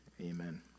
Amen